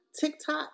TikTok